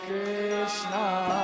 Krishna